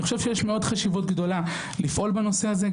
יש חשיבות גדולה לפעול בנושא הזה,